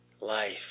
Life